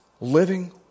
living